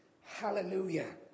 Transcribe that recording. hallelujah